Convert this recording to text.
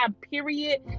period